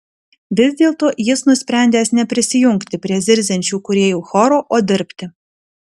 vis dėlto jis nusprendęs neprisijungti prie zirziančių kūrėjų choro o dirbti